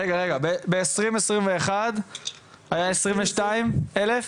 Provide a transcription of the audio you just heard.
רגע, רגע, ב-2021 היה 22,000?